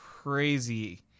Crazy